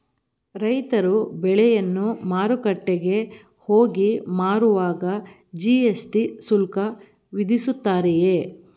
ರೈತರು ಬೆಳೆಯನ್ನು ಮಾರುಕಟ್ಟೆಗೆ ಹೋಗಿ ಮಾರುವಾಗ ಜಿ.ಎಸ್.ಟಿ ಶುಲ್ಕ ವಿಧಿಸುತ್ತಾರೆಯೇ?